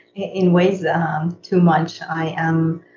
in ways um too much. i am